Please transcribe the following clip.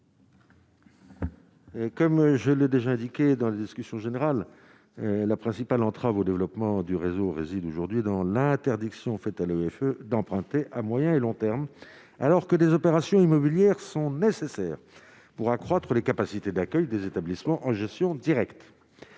comme je l'ai déjà indiqué dans la discussion générale, la principale entrave au développement du réseau réside aujourd'hui dans l'interdiction faite à l'OFCE, d'emprunter à moyen et long terme alors que des opérations immobilières sont nécessaires pour accroître les capacités d'accueil des établissements en gestion directe,